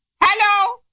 Hello